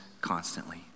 constantly